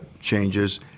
changes